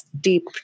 deep